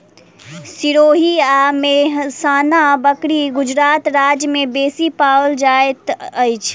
सिरोही आ मेहसाना बकरी गुजरात राज्य में बेसी पाओल जाइत अछि